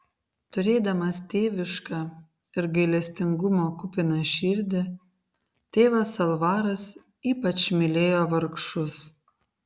turėdamas tėvišką ir gailestingumo kupiną širdį tėvas alvaras ypač mylėjo vargšus